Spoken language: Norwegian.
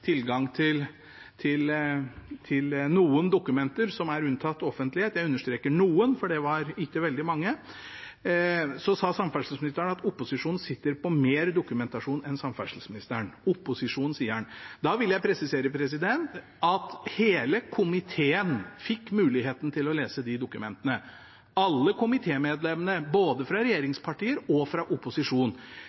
tilgang til noen dokumenter som er unntatt offentlighet, jeg understreker «noen», for det var ikke veldig mange – sitter på mer dokumentasjon enn samferdselsministeren gjør. Opposisjonen, sier han. Da vil jeg presisere at hele komiteen fikk muligheten til å lese de dokumentene, alle komitémedlemmene, både fra regjeringspartier og fra